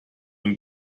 him